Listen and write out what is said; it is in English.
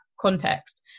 context